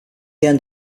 earned